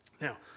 Now